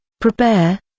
prepare